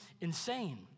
insane